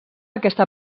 aquesta